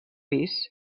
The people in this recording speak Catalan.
pis